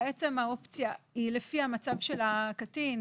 לפי המצב של הקטין,